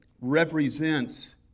represents